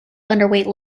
underweight